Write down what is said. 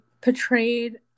portrayed